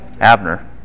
Abner